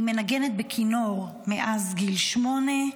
היא מנגנת בכינור מאז גיל שמונה,